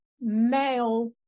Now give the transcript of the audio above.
male